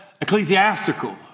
ecclesiastical